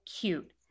cute